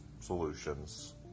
solutions